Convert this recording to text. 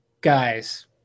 guys